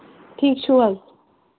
ٹھیٖک چھُو حظ